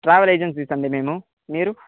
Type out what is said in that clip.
travel agencies అండి మేము మీరు